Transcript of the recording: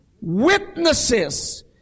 Witnesses